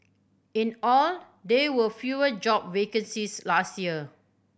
in all there were fewer job vacancies last year